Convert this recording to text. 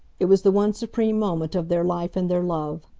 it was the one supreme moment of their life and their love.